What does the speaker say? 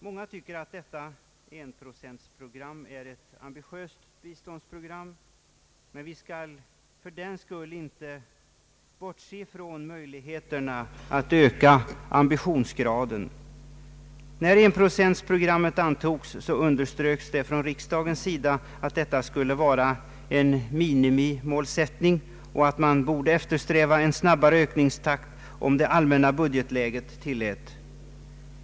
Många tycker att detta enprocentsprogram är ett ambitiöst biståndsprogram, men vi skall fördenskull inte bortse från möjligheterna att öka ambitionsgraden. När enprocentsprogrammet antogs underströks från riksdagens sida att detta skulle vara en minimimålsättning och att man borde eftersträva en snabbare ökningstakt om det allmänna budgetläget tillät det.